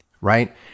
right